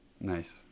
Nice